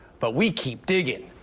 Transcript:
but we keep digging.